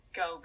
go